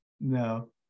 no